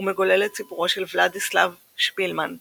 ומגולל את סיפורו של ולדיסלב שפילמן –